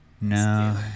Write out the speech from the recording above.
no